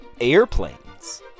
airplanes